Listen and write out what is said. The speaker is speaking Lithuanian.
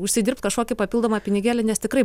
užsidirbt kažkokį papildomą pinigėlį nes tikrai